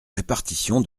répartition